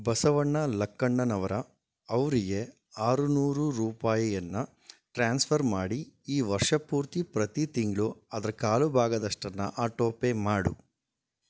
ಬಸವಣ್ಣ ಲಕ್ಕಣ್ಣನವರ ಅವರಿಗೆ ಆರು ನೂರು ರೂಪಾಯಿಯನ್ನು ಟ್ರಾನ್ಸ್ಫರ್ ಮಾಡಿ ಈ ವರ್ಷಪೂರ್ತಿ ಪ್ರತಿ ತಿಂಗಳು ಅದರ ಕಾಲು ಭಾಗದಷ್ಟನ್ನು ಆಟೋಪೇ ಮಾಡು